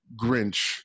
Grinch